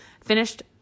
finished